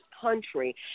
country